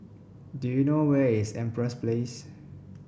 do you know where is Empress Place